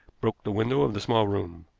broke the window of the small room.